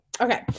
Okay